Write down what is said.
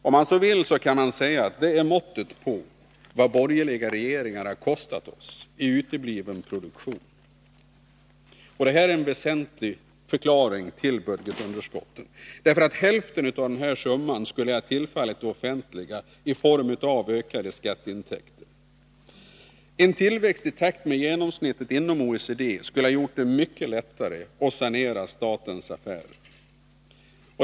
Om man så vill, kan man säga att det är ett mått på vad borgerliga regeringar kostat oss i utebliven produktion. Det här är en väsentlig förklaring till budgetunderskotten. Hälften av den summan skulle ha tillfallit det offentliga i form av ökade skatteintäkter. En tillväxt som hade skett i takt med utvecklingen i genomsnittet av OECD-länderna skulle ha gjort det mycket lättare att sanera statens affärer.